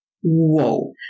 Whoa